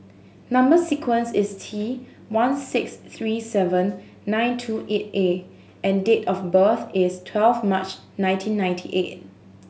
number sequence is T one six three seven nine two eight A and date of birth is twelve March nineteen ninety eight